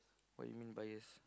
what you mean bias